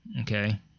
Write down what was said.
Okay